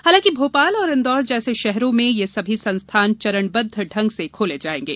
हालांकि भोपाल और इंदौर जैसे शहरों में ये सभी संस्थान चरणबद्ध ढंग से खोले जाएंगे